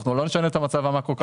אנחנו לא נשנה את המצב המאקרו-כלכלי.